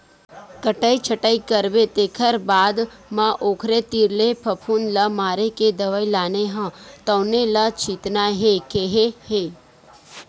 कटई छटई करबे तेखर बाद म ओखरे तीर ले फफुंद ल मारे के दवई लाने हव तउने ल छितना हे केहे हे